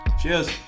Cheers